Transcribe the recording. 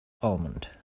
almond